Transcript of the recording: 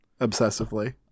obsessively